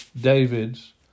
David's